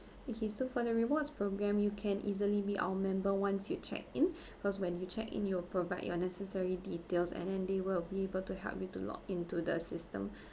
okay so for the rewards program you can easily be our member once you check in cause when you check in you'll provide your necessary details and then they will be able to help you to log into the system